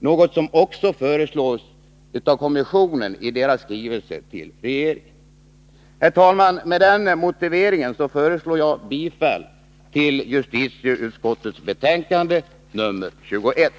Det föreslår också kommissionen i sin skrivelse till regeringen. Med den motiveringen, fru talman, yrkar jag bifall till hemställan i justitieutskottets betänkande nr 21.